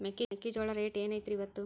ಮೆಕ್ಕಿಜೋಳ ರೇಟ್ ಏನ್ ಐತ್ರೇ ಇಪ್ಪತ್ತು?